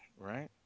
right